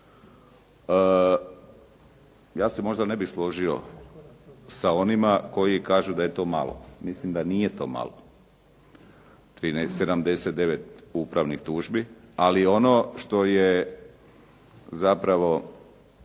Ja se možda ne bih složio sa onima koji kažu da je to malo, mislim da nije to malo, 79 upravnih tužbi. Ali, ono što je zapravo